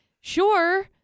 sure